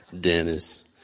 Dennis